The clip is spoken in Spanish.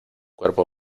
cuerpo